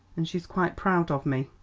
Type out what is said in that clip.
and she's quite proud of me.